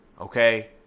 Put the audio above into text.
Okay